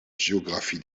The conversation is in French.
géographie